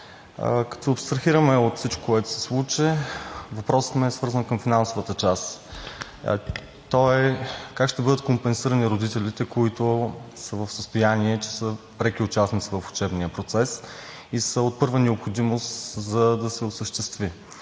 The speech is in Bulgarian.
Като се абстрахираме от всичко, което се случи, въпросът ми е свързан с финансовата част, а той е: как ще бъдат компенсирани родителите, които са в състояние на преки участници в учебния процес и са от първа необходимост, за да се осъществи?